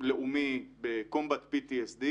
לאומי ב-Combat PTSD.